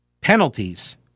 penalties